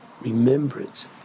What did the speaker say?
remembrance